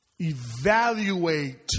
evaluate